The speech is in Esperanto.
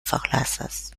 forlasas